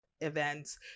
events